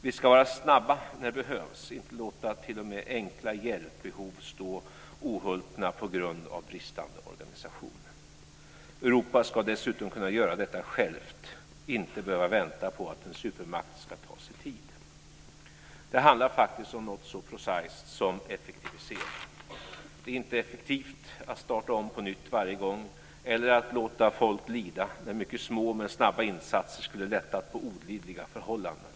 Vi ska vara snabba när det behövs och inte låta ens enkla hjälpbehov stå ohulpna på grund av bristande organisation. Europa ska dessutom kunna göra detta självt, inte behöva vänta på att en supermakt ska ta sig tid. Det handlar faktiskt om något så prosaiskt som effektivisering. Det är inte effektivt att starta om på nytt varje gång eller att låta folk lida när mycket små men snabba insatser skulle lätta på olidliga förhållanden.